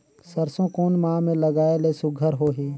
सरसो कोन माह मे लगाय ले सुघ्घर होही?